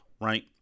right